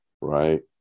Right